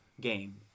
game